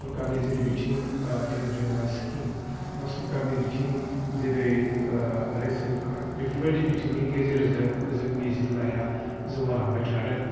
सरकारनि जेरै बिथिं एमरेंगा स्किम बा सरकारनि बिथिं जेरै रेसन कार्ड बिफोरबायदि बिथिंनि गेजेरजों जोंनि जिल्लाया जौगालांबाय थादों